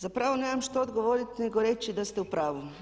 Zapravo nemam što odgovoriti nego reći da ste u pravu.